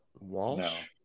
Walsh